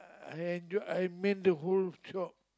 I enjoy I man the whole shop